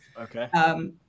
Okay